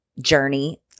journey